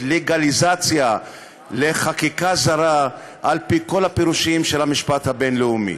לגליזציה לחקיקה זרה על-פי כל הפירושים של המשפט הבין-לאומי.